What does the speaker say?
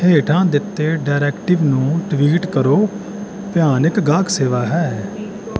ਹੇਠਾਂ ਦਿੱਤੇ ਡਾਇਰੈਕਟਿਵ ਨੂੰ ਟਵੀਟ ਕਰੋ ਭਿਆਨਕ ਗਾਹਕ ਸੇਵਾ ਹੈ